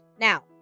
now